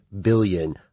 billion